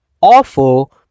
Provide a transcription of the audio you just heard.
awful